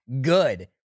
good